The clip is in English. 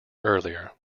earlier